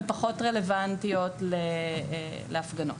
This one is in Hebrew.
הן פחות רלוונטיות להפגנות.